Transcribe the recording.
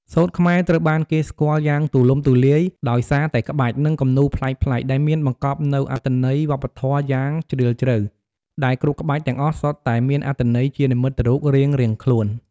សូត្រខ្មែរត្រូវបានគេស្គាល់យ៉ាងទូលំទូលាយ ដោយសារតែក្បាច់ និងគំនូរប្លែកៗ ដែលមានបង្កប់នូវអត្ថន័យវប្បធម៌យ៉ាងជ្រាលជ្រៅ ដែលគ្រប់ក្បាច់ទាំងអស់សុទ្ធតែមានអត្ថន័យជានិមិត្តរូបរៀងៗខ្លួន។